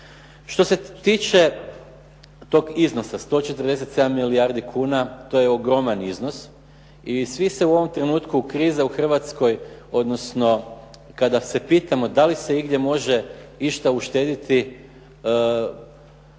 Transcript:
Što se tiče tog iznosa 147 milijardi kuna to je ogroman iznos i svi se u ovom trenutku krize u Hrvatskoj, odnosno kada se pitamo da li se igdje može išta uštediti